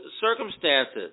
circumstances